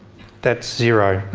that's zero. no,